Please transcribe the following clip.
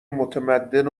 متمدن